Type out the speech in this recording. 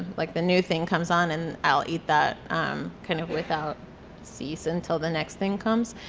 like the new thing comes on and i'll eat that um kind of without cease until the next thing comes.